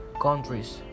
Countries